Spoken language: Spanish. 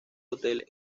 hotel